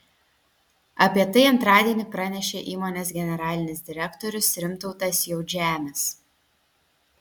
apie tai antradienį pranešė įmonės generalinis direktorius rimtautas jautžemis